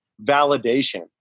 validation